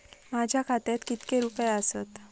माझ्या खात्यात कितके रुपये आसत?